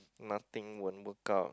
nothing won't work out